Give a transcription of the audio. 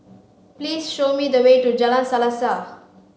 please show me the way to Jalan Selaseh